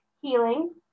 healing